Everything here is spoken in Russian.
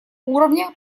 уровня